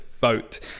vote